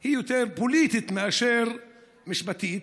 היא יותר פוליטית מאשר משפטית.